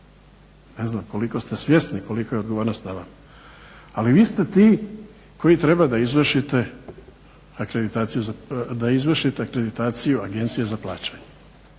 Ne znam koliko ste svjesni kolika je odgovornost na vama? Ali vi ste ti koji treba da izvršite akreditaciju Agencije za plaćanje.